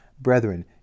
brethren